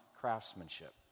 craftsmanship